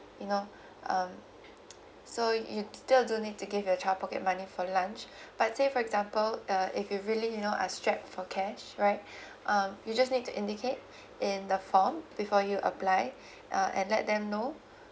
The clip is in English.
you know um you still need to give your child pocket money for lunch but say for example uh if you really you know are strapped for cash right um you just need to indicate in the form before you apply uh and let them know